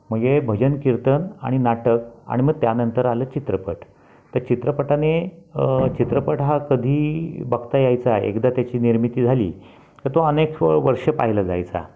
मग हे भजन कीर्तन आणि नाटक आणि म त्यांनतर आलं चित्रपट त चित्रपटाने चित्रपट हा कधी बघता यायचा एकदा त्याची निर्मिती झाली की तो अनेक वर्ष पहिला जायचा